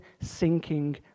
sinking